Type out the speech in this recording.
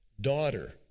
daughter